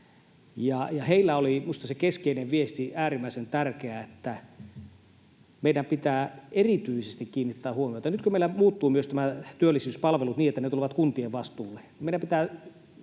Heillä oli minusta äärimmäisen tärkeä se keskeinen viesti, mihin meidän pitää erityisesti kiinnittää huomiota, että nyt kun meillä muuttuvat myös työllisyyspalvelut niin, että ne tulevat kuntien vastuulle, niin meidän pitää